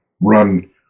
run